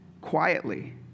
quietly